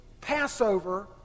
Passover